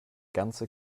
ganze